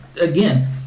again